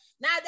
Now